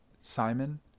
Simon